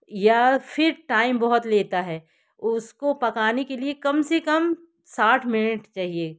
या फिर टाइम बहोत लेता है उसको पकाने के लिए कम से कम साठ मिनट चाहिए